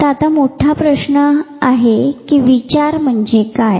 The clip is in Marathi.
तर आता मोठा प्रश्न आहे कि विचार म्हणजे काय